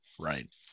right